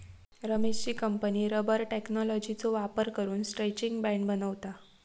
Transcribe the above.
रमेशची company rubber टेक्नॉलॉजीचो वापर करून स्ट्रैचिंग बँड बनवता